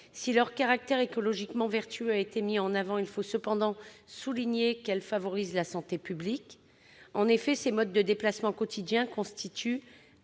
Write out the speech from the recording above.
Si leur caractère écologiquement vertueux a été mis en avant, il faut cependant souligner que ces mobilités favorisent aussi la santé publique. En effet, ces modes de déplacement quotidien, en